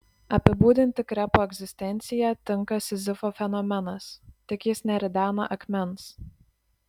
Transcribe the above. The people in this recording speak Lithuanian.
apibūdinti krepo egzistenciją tinka sizifo fenomenas tik jis neridena akmens